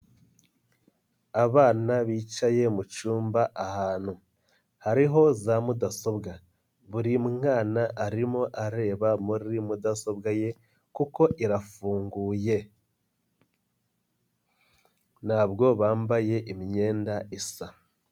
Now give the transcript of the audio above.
Abana bicaye mu cyumba ahantu hariho za mudasobwa, buri mwana arimo areba muri mudasobwa ye kuko irafunguye, ntabwo bambaye imyenda isa.